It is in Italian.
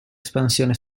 espansione